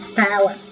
power